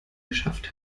geschafft